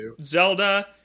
Zelda